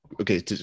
okay